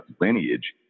lineage